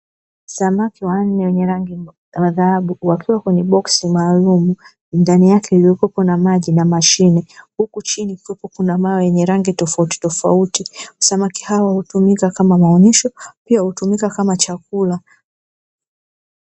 Samaki wanne wenye rangi ya dhahabu wakiwa kwenye boksi maalumu ndani yake kukiwa na maji na mashine, huku chini kukiwa na mawe yenye rangi tofauti tofauti, samaki hawa hutumika kama maonyesho pia hutumika kama chakula.